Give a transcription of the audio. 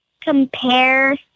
compare